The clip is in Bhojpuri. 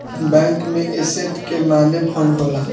बैंक में एसेट के माने फंड होला